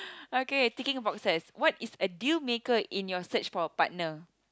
okay picking about sex what is a dealmaker in your search for a partner